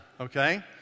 okay